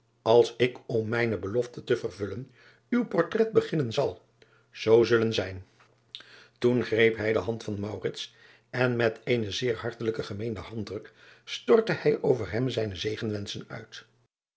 als ik om mijne belofte te vervullen uw portrait beginnen zal zoo zullen zijn oen greep hij de hand van en met eenen zeer hartelijk gemeenden handdruk stortte hij over hem zijnen zegenwensch uit